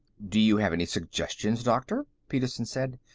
do you have any suggestions, doctor? petersen said.